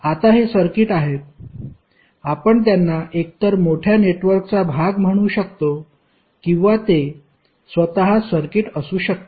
आता हे सर्किट आहेत आपण त्यांना एकतर मोठ्या नेटवर्कचा भाग म्हणू शकतो किंवा ते स्वतःच सर्किट असू शकते